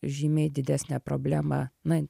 žymiai didesnę problemą na